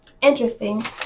Interesting